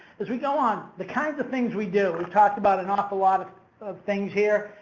as we go on, the kinds of things we do we've talked about an awful lot of of things here.